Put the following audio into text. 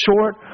short